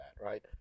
right